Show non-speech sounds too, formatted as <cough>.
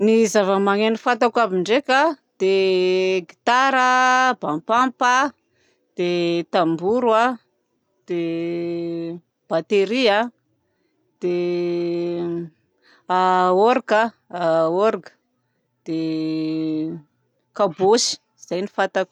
Ny zava-magneno fantako aby ndraika a dia gitara a, bampampa a, dia tamboro a, dia bateria a, dia <hesitation> orga, orga, dia kabôsy. Zay no fantako.